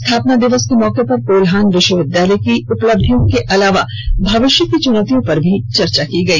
स्थापना दिवस के मौके पर कोल्हान विश्वविद्यालय की उपलब्धियों के अलावा भविष्य की चुनौतियों पर भी चर्चा की गई